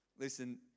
Listen